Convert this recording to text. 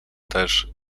też